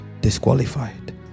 disqualified